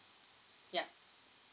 yup